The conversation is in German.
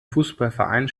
fußballverein